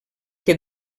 que